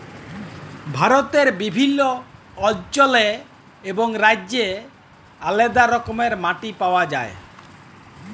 ভারতে বিভিল্ল্য অল্চলে এবং রাজ্যে আলেদা রকমের মাটি পাউয়া যায়